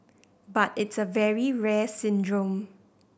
but it's a very rare syndrome